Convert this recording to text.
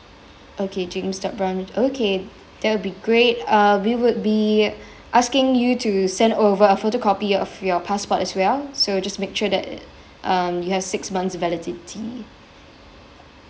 okay james dot brown okay that'll be great uh we would be asking you to send over a photocopy of your passport as well so just make sure that um you have six months validity